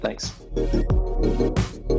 Thanks